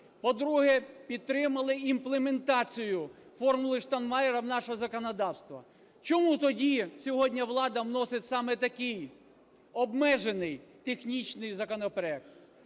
По-друге, підтримали імплементацію "формули Штайнмайєра" в наше законодавство. Чому тоді сьогодні влада вносить саме такий, обмежений технічний, законопроект?